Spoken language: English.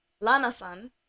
Lana-san